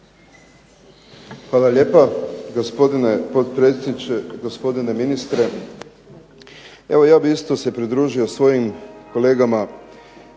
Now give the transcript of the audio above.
Hvala lijepa gospodine potpredsjedniče, gospodine ministre. Evo ja bih isto se pridružio svojim kolegama